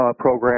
program